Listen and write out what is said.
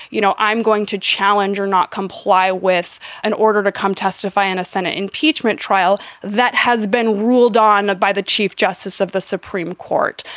you know, i'm going to challenge or not comply with an order to come testify in a senate impeachment trial that has been ruled on by the chief justice of the supreme court,